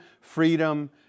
Freedom